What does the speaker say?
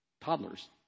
toddlers